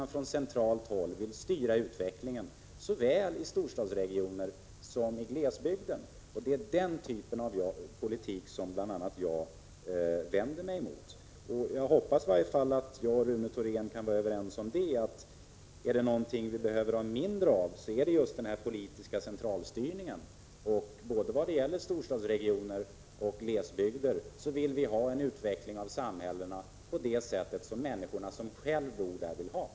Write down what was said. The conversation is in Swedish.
GG från centralt håll styr utvecklingen såväl i storstadsregioner som i glesbygden. Jag vänder mig mot den typen av politik. Jag hoppas att i varje fall jag och Rune Thorén kan vara överens om att är det någonting vi behöver mindre av är det just politisk centralstyrning. Vad gäller både storstadsregioner och glesbygder vill vi ha en utveckling av samhällen på ett sätt som människor som bor där själva önskar.